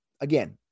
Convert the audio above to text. Again